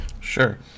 sure